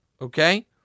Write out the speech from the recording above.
okay